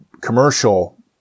commercial